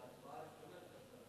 על ההצבעה הראשונה של השר אטיאס.